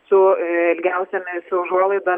su ilgiausiomis užuolaidom